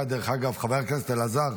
חבר הכנסת אלעזר,